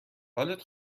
حالت